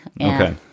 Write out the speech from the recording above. Okay